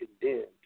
condemned